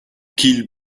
qu’il